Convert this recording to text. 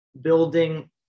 building